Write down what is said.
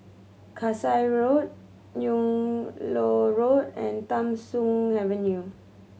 Kasai Road Yung Loh Road and Tham Soong Avenue